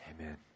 Amen